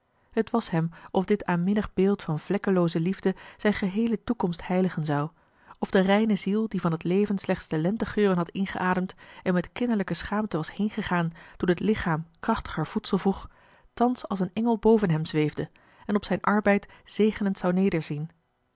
het was hem of dit aanminnig beeld van vlekkelooze liefde zijn geheele toekomst heiligen zou of de reine marcellus emants een drietal novellen ziel die van het leven slechts de lentegeuren had ingeademd en met kinderlijke schaamte was heengegaan toen het lichaam krachtiger voedsel vroeg thans als een engel boven hem zweefde en op zijn arbeid zegenend zou